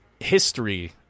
history